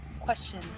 question